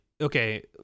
okay